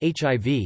HIV